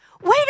wait